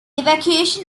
evacuation